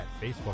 Facebook